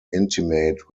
intimate